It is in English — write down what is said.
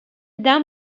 dam